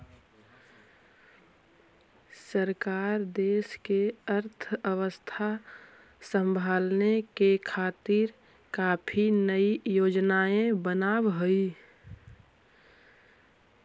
सरकार देश की अर्थव्यवस्था संभालने के खातिर काफी नयी योजनाएं बनाव हई